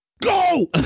Go